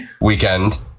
weekend